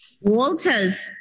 Walters